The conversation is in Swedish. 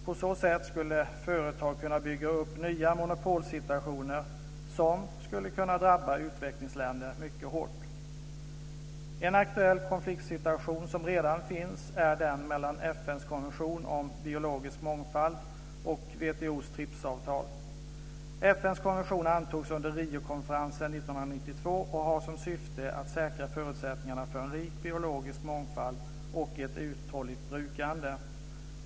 På så sätt skulle företag kunna bygga upp nya monopolsituationer som skulle drabba utvecklingsländerna mycket hårt. En aktuell konfliktsituation som redan finns är den mellan FN:s konvention om biologisk mångfald och WTO:s TRIPS-avtal. FN:s konvention antogs under Riokonferensen 1992 och har som syfte att säkra förutsättningarna för en rik biologisk mångfald och ett uthålligt brukande.